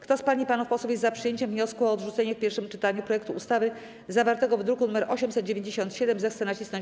Kto z pań i panów posłów jest za przyjęciem wniosku o odrzucenie w pierwszym czytaniu projektu ustawy zawartego w druku nr 897, zechce nacisnąć